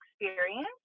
Experience